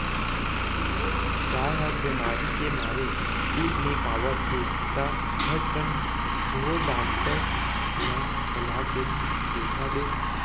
गाय ह बेमारी के मारे उठ नइ पावत हे त झटकन ढोर डॉक्टर ल बला के देखा दे